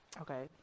okay